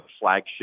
flagship